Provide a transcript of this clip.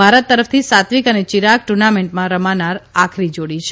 ભારત તરફથી સાત્વિક અને ચિરાગ ટુર્નામેન્ટમાં રમનાર આખરી જોડી છે